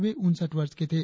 वे उनसठ वर्ष के थे